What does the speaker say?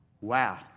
Wow